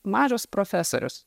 mažas profesorius